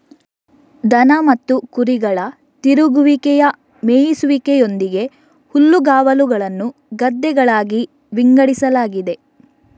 ದನ ಮತ್ತು ಕುರಿಗಳ ತಿರುಗುವಿಕೆಯ ಮೇಯಿಸುವಿಕೆಯೊಂದಿಗೆ ಹುಲ್ಲುಗಾವಲುಗಳನ್ನು ಗದ್ದೆಗಳಾಗಿ ವಿಂಗಡಿಸಲಾಗಿದೆ